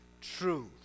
truth